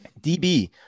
DB